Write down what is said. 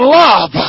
love